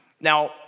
Now